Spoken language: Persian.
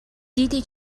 دیدی